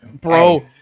bro